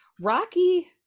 rocky